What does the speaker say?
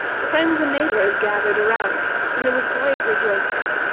the friends and neighbors gathered around and there was great rejoicing.